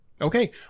Okay